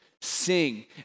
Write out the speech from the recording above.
Sing